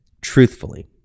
truthfully